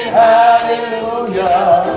hallelujah